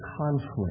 conflict